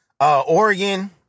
Oregon